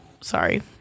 Sorry